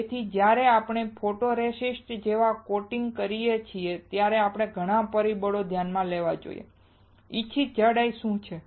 તેથી જ્યારે આપણે ફોટોરેસિસ્ટ જેવા કોટિંગ કરીએ છીએ ત્યારે ઘણા બધા પરિબળો ધ્યાનમાં લેવા જોઈએ ઇચ્છિત જાડાઈ શું છે